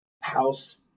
House